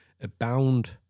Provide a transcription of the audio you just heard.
abound